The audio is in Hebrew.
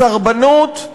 בסרבנות,